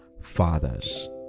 fathers